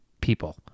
people